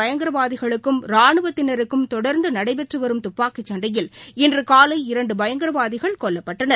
பயங்கரவாதிகளுக்கும் ராணுவத்தினருக்கும் தொடர்ந்தநடைபெற்றுவரும் ஜம்மு வில் தப்பாக்கிசண்டையில் இன்றுகாலை இரண்டுபயங்கரவாதிகள் கொல்லப்பட்டனர்